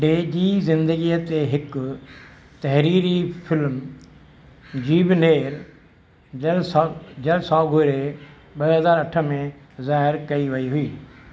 day जी ज़िंदगीअ ते हिकु तहरीरी फ़िल्म जीबनेर जल जलसाघोरे ॿ हज़ार अठ में ज़ाहिरु कई वई हुई